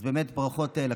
אז באמת, ברכות לכנסת.